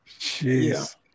Jeez